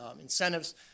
incentives